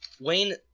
Wayne